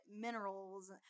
minerals